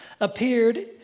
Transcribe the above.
appeared